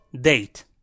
date